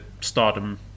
stardom